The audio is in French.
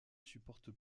supportent